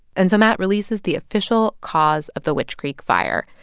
and so matt releases the official cause of the witch creek fire.